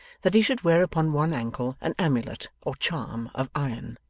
that he should wear upon one ankle an amulet or charm of iron.